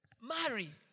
Marry